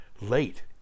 late